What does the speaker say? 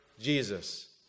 Jesus